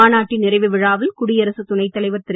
மாநாட்டின் நிறைவு விழாவில் குடியரசுத் துணைத் தலைவர் திரு